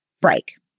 break